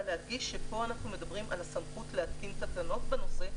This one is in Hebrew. להדגיש שפה אנחנו מדברים על הסמכות להתקין תקנות בנושא,